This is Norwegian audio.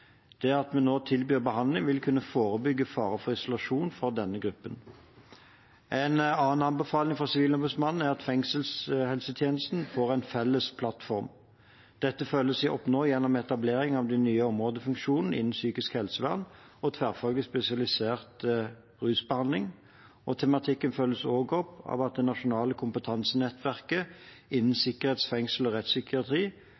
Det at vi nå tilbyr behandling, vil kunne forebygge fare for isolasjon for denne gruppen. En annen anbefaling fra Sivilombudsmannen er at fengselshelsetjenesten får en felles plattform. Dette følges opp nå gjennom etableringen av den nye områdefunksjonen innen psykisk helsevern og tverrfaglig spesialisert rusbehandling. Tematikken følges også opp av det nasjonale kompetansenettverket innen